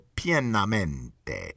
pienamente